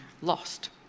lost